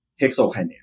hexokinase